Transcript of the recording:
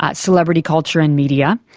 ah celebrity culture and media.